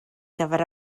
gyfer